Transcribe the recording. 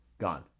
gone